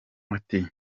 ati